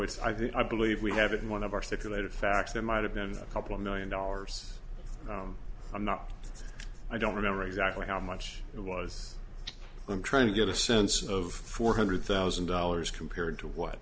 think i believe we have it in one of our secular facts that might have been a couple of million dollars i'm not i don't remember exactly how much it was i'm trying to get a sense of four hundred thousand dollars compared to what